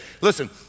listen